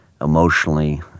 emotionally